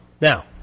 Now